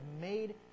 made